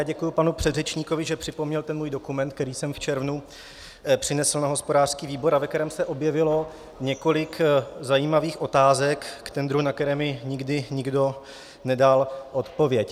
Děkuji panu předřečníkovi, že připomněl ten můj dokument, který jsem v červnu přinesl na hospodářský výbor a ve kterém se objevilo několik zajímavých otázek k tendru, na které mi nikdy nikdo nedal odpověď.